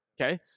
okay